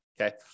okay